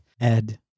Ed